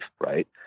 Right